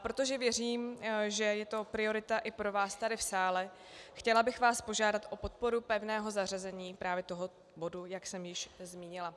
Protože věřím, že je to priorita i pro vás tady v sále, chtěla bych vás požádat o podporu pevného zařazení právě toho bodu, jak jsem již zmínila.